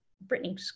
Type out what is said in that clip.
Brittany